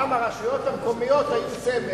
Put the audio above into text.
פעם הרשויות המקומיות היו סמל.